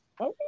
Okay